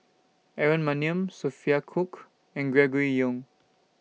Aaron Maniam Sophia Cooke and Gregory Yong